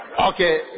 Okay